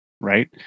Right